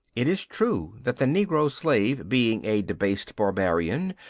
it is true that the negro slave, being a debased barbarian,